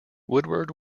woodward